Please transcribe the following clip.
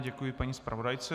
Děkuji paní zpravodajce.